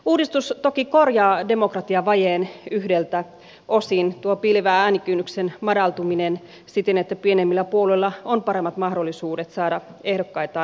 uudistus toki korjaa demokratiavajeen yhdeltä osin piilevän äänikynnyksen madaltuminen siten että pienemmillä puolueilla on paremmat mahdollisuudet saada ehdokkaitaan läpi